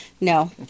no